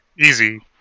Easy